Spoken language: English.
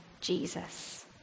Jesus